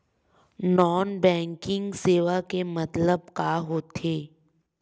Non banking सेवा के मतलब का होथे?